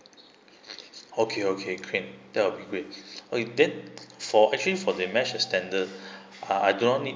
okay okay can that will be great oh you that for actually for the mesh extender uh do you all need